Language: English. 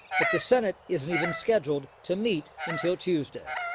but, the senate isn't even scheduled to meet until tuesday.